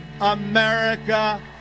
America